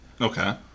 Okay